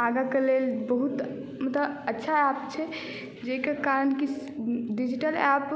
आगाके लेल बहुत मतलब अच्छा एप्प छै जाहिके कारण किछु डिजिटल एप्प